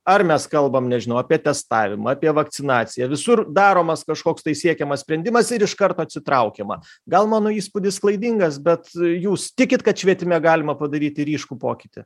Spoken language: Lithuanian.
ar mes kalbam nežinau apie testavimą apie vakcinaciją visur daromas kažkoks tai siekiamas sprendimas ir iš karto atsitraukiama gal mano įspūdis klaidingas bet jūs tikit kad švietime galima padaryti ryškų pokytį